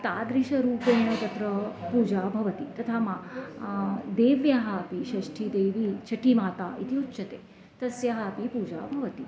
तादृशरूपेण तत्र पूजा भवति तथा मा देव्याः अपि षष्ठीदेवी चटिमाता इति उच्यते तस्याः अपि पूजा भवति